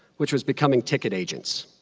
which was becoming ticket agents.